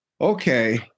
okay